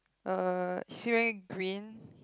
uh is he wearing green